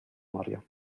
maria